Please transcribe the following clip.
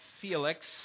Felix